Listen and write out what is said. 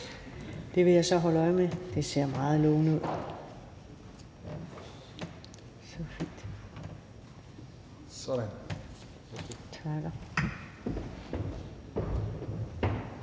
Det vil jeg så holde øje med, det ser meget lovende ud. Tak.